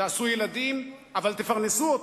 תעשו ילדים, אבל תפרנסו אותם.